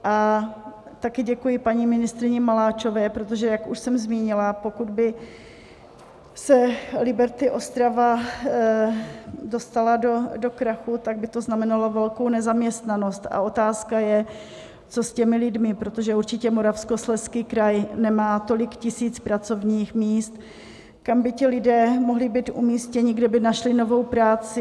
A také děkuji paní ministryni Maláčové, protože jak už jsem zmínila, pokud by se Liberty Ostrava dostala do krachu, tak by to znamenalo velkou nezaměstnanost a otázka je, co s těmi lidmi, protože určitě Moravskoslezský kraj nemá tolik tisíc pracovních míst, kam by ti lidé mohli být umístěni, kde by našli novou práci.